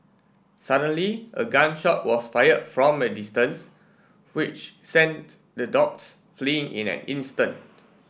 suddenly a gun shot was fired from a distance which sent the dogs fleeing in an instant